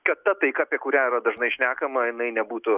kad ta taika apie kurią yra dažnai šnekama jinai nebūtų